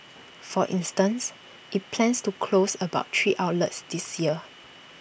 for instance IT plans to close about three outlets this year